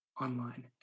online